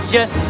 Yes